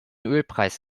ölpreis